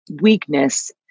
weakness